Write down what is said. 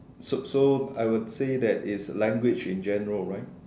so so I would say that it's language in general right